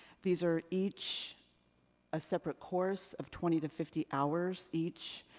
these are each a separate course of twenty to fifty hours each,